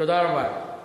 תודה רבה.